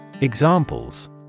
Examples